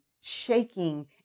shaking